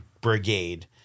brigade